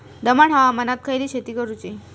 दमट हवामानात खयली शेती करूची?